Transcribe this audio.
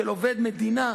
של עובד מדינה,